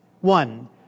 One